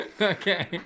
Okay